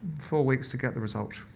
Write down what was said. four weeks to get the result.